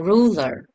Ruler